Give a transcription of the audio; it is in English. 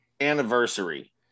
anniversary